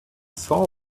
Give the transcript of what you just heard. saw